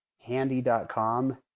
Handy.com